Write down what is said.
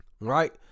Right